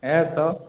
ହେଁ ତ